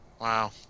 Wow